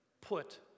put